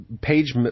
page